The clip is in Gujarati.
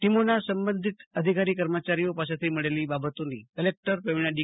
ટીમોના સબંઘિત અધિકારીકર્મયારીઓ પાસેથી મળેલી બાબતોથી કલેકટર પ્રવિણા ડી